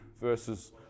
versus